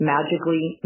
Magically